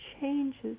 changes